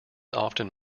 often